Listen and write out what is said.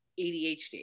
ADHD